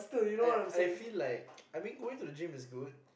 I I feel like I mean going to the gym is good